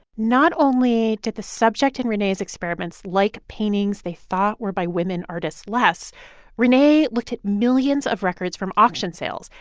not only did the subject in renee's experiments like paintings they thought were by women artists less renee looked at millions of records from auction sales,